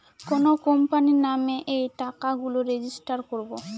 কোনো কোম্পানির নামে এই টাকা গুলো রেজিস্টার করবো